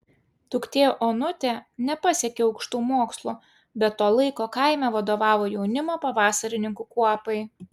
duktė onutė nepasiekė aukštų mokslų bet to laiko kaime vadovavo jaunimo pavasarininkų kuopai